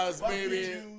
baby